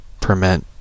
permit